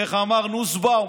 איך אמר נוסבאום?